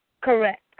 Correct